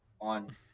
on